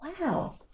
Wow